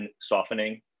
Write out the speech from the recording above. softening